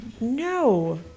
No